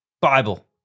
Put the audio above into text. Bible